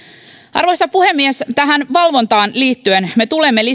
arvoisa puhemies tähän valvontaan liittyen me tulemme lisäksi